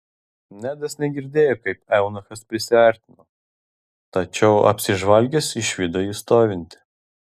nedas negirdėjo kaip eunuchas prisiartino tačiau apsižvalgęs išvydo jį stovintį